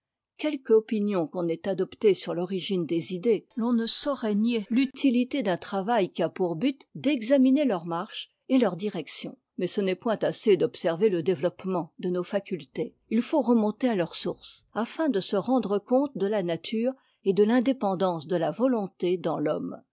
quelque opinion qu'on ait adoptée sur l'origine des idées l'on ne saurait nier l'utilité d'un travail qui a pour but d'examiner leur marche et leur direction mais ce n'est point assez d'observer le développement de nos facultés il faut remonter à leur source afin de se rendre compte de la nature et de l'indépendance de la volonté dans l'homme